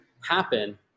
happen